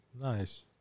Nice